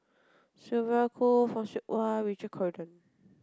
Sylvia Kho Fock Siew Wah Richard Corridon